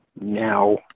now